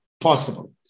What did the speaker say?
possible